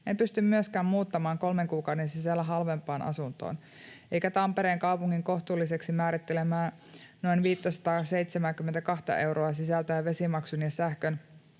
En myöskään pysty muuttamaan kolmen kuukauden sisällä halvempaan asuntoon. Eikä Tampereen kaupungin kohtuulliseksi määrittelemiä, noin 572:ta euroa sisältäen vesimaksun ja sähkön,